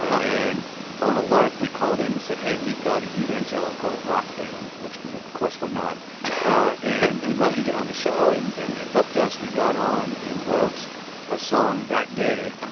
and on a lark we called in and said, hey, we've got an evangelical rock band which we, of course, were not and we'd love to get on the show. and and they booked us. we got on and wrote a song that day